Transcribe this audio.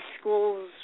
schools